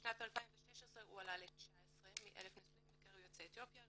ובשנת 2016 הוא עלה ל-19 מתוך 1,000 נשואים בקרב יוצאי אתיופיה.